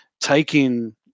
taking